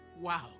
Wow